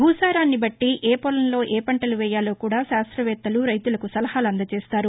భూసారాన్ని బట్టి ఏపొలంలో ఏపంటలు వేయాలోకూడా శాస్రవేత్తలు రైతులకు సలహాలు అందజేస్తారు